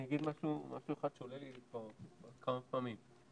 אני אגיד משהו אחד שעולה לי כבר כמה פעמים.